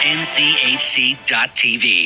nchc.tv